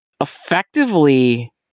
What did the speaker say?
effectively